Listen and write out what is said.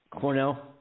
Cornell